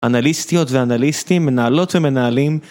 אנליסטיות ואנליסטים, מנהלות ומנהלים